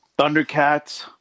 Thundercats